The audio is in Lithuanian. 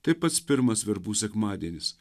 tai pats pirmas verbų sekmadienis